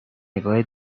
نگاه